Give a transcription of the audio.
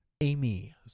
Amy